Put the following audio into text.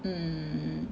mm